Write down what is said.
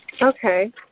Okay